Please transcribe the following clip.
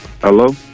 Hello